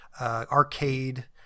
arcade